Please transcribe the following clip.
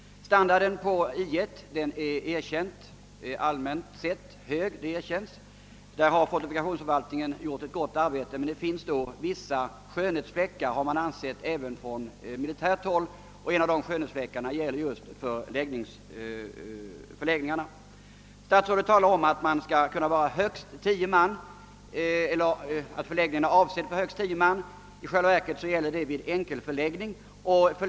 Standarden på 11 är allmänt sett hög, det erkännes. Där har fortifikationsförvaltningen gjort ett gott arbete. Men det finns ändå vissa skönhetsfläckar, anser man även på militärt håll. En av de fläckarna är just förläggningarna. Statsrådet säger att logementen är avsedda för högst tio man, men detta gäller endast vid enkelförläggning.